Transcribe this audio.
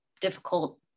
difficult